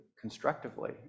constructively